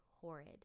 horrid